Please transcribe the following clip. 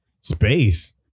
space